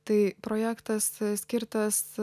tai projektas skirtas